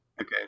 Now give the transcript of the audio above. Okay